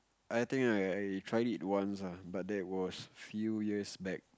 I think right I tried it once ah but that was few years back